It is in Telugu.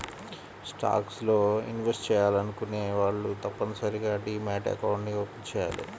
స్టాక్స్ లో ఇన్వెస్ట్ చెయ్యాలనుకునే వాళ్ళు తప్పనిసరిగా డీమ్యాట్ అకౌంట్ని ఓపెన్ చెయ్యాలి